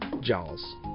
jaws